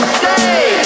stay